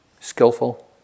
skillful